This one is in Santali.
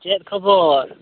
ᱪᱮᱫ ᱠᱷᱚᱵᱚᱨ